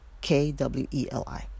K-W-E-L-I